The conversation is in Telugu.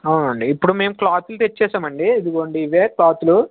అవునండి ఇప్పుడు మేము క్లాతులు తెచ్చేశామండి ఇదిగోండి ఇవే క్లాతులు